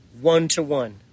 one-to-one